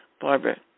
Barbara